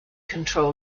control